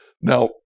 Now